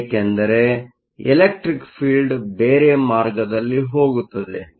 ಏಕೆಂದರೆಎಲೆಕ್ಟ್ರಿಕ್ field ಬೇರೆ ಮಾರ್ಗದಲ್ಲಿ ಹೋಗುತ್ತದೆ